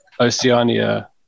Oceania